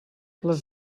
les